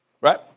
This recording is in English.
Right